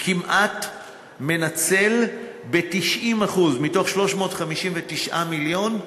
מנצל כמעט ב-90%; מ-359 מיליון,